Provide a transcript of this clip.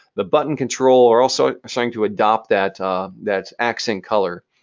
the button control are all so starting to adopt that that accent color.